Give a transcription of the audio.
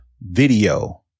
video